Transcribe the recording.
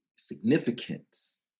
significance